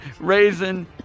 raisin